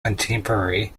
contemporary